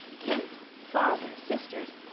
kent! father! sisters!